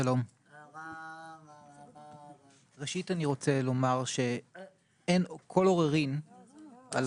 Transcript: שלום, ראשית אני רוצה לומר שאין כל עוררין על